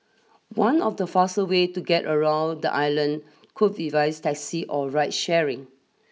one of the faster way to get around the island could be via taxi or ride sharing